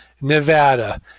Nevada